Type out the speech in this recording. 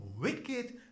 wicked